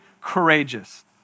courageous